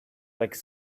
like